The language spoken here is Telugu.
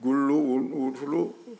గుళ్ళు గుడిసెలు